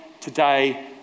today